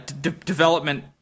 development